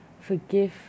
forgive